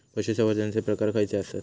पशुसंवर्धनाचे प्रकार खयचे आसत?